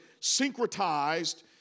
syncretized